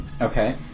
Okay